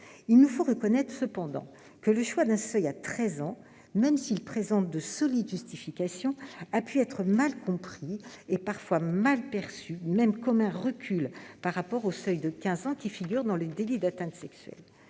Il nous faut cependant reconnaître que le choix d'un seuil d'âge à 13 ans, même s'il s'appuie sur de solides justifications, a pu être mal compris et parfois perçu comme un recul par rapport au seuil de 15 ans qui vaut pour le délit d'atteinte sexuelle.